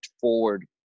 forward